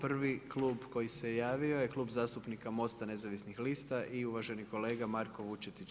Prvi klub koji se javio je Klub zastupnika Mosta nezavisnih lista i uvaženi kolega Marko Vučetić.